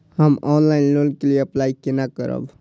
हम online loan के लिए अप्लाई केना करब?